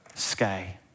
sky